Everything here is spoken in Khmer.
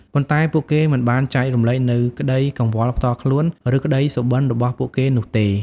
ប៉ុន្តែពួកគេមិនបានចែករំលែកនូវក្តីកង្វល់ផ្ទាល់ខ្លួន ឬក្តីសុបិន្តរបស់ពួកគេនោះទេ។